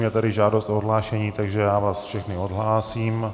Je tady žádost o odhlášení, takže vás všechny odhlásím.